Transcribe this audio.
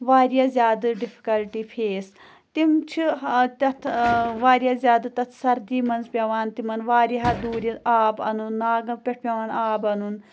واریاہ زیادٕ difficulty face تِم چھِ تَتھ واریاہ زیادٕ تَتھ سردی منٛز پٮ۪وان تِمَن واریاہ دوٗرِ آب اَنُن ناگَن پٮ۪ٹھ پٮ۪وان آب اَنُن